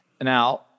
Now